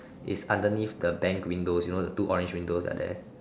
it's underneath the bank windows you know the two orange windows that are there